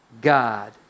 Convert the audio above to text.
God